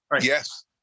Yes